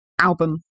album